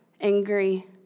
angry